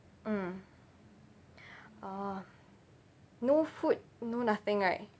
mm orh no food no nothing right